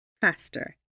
faster